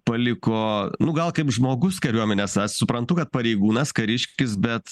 paliko nu gal kaip žmogus kariuomenės aš suprantu kad pareigūnas kariškis bet